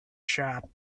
shop